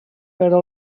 però